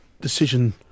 decision